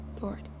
Lord